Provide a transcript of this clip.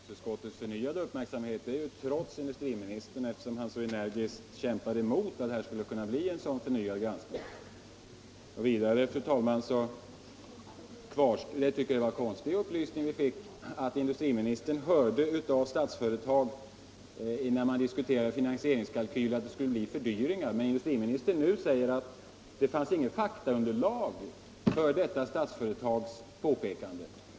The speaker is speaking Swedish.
Fru talman! Att frågan varit föremål för näringsutskottets förnyade uppmärksamhet är ju trots industriministern, eftersom han så energiskt kämpat emot en sådan förnyad granskning. Det var en konstig upplysning vi fick, nämligen att industriministern hörde av Statsföretag, när man där diskuterade finansieringskalkyler, att det skulle bli fördyringar. Nu säger industriministern att det inte fanns något faktaunderlag för detta Statsföretags påpekande.